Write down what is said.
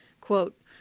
Quote